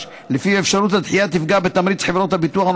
שאפשרות הדחייה תפגע בתמריץ של חברות הביטוח,